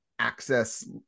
Access